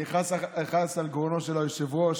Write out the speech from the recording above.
אני חס על גרונו של היושב-ראש.